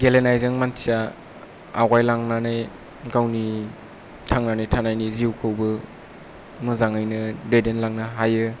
गेलेनायजों मानसिया आवगायलांनानै गावनि थांनानै थानायनि जिउखौबो मोजाङैनो दैदेनलांनोबो हायो